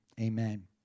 Amen